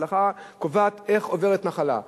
ההלכה קובעת איך עוברת נחלה.